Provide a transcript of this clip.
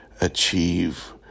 achieve